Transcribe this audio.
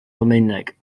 almaeneg